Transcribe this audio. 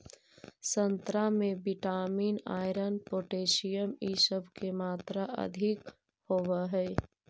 संतरा में vitamin, iron, potassium इ सब के मात्रा अधिक होवऽ हई